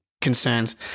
concerns